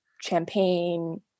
champagne